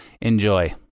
Enjoy